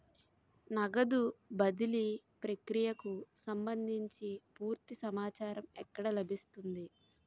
నగదు బదిలీ ప్రక్రియకు సంభందించి పూర్తి సమాచారం ఎక్కడ లభిస్తుంది?